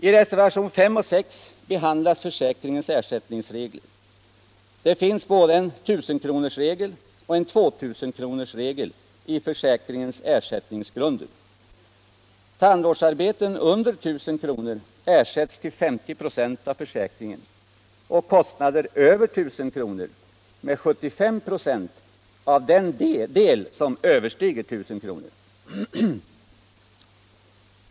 I reservationerna 5 och 6 behandlas försäkringens ersättningsregler. Det finns både en 1 000-kronorsregel och en 2 000-kronorsregel i försäkringens ersättningsgrunder. Tandvårdsarbeten under 1 000 kr. ersätts till 50 96 av försäkringen och kostnader över 1000 kr. med 75 96 av den del som överstiger 1000 kr.